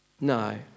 No